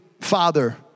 father